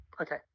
Okay